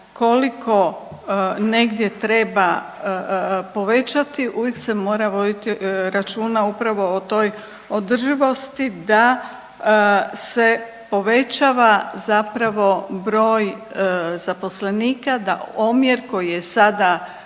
koliko negdje treba povećati uvijek se mora voditi računa upravo o toj održivosti da se povećava zapravo broj zaposlenika da omjer koji je sada